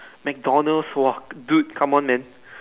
McDonald's !wah! dude come on man